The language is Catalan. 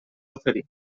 oferir